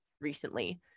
recently